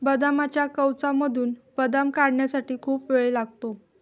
बदामाच्या कवचामधून बदाम काढण्यासाठी खूप वेळ लागतो